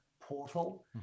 portal